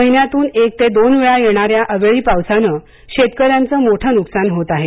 महिन्यातून एक ते दोन वेळा येणाऱ्या या अवेळी पावसाने शेतकऱ्यांचे मोठे नुकसान होत आहे